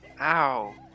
Ow